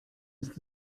ist